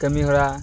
ᱠᱟᱹᱢᱤ ᱦᱚᱨᱟ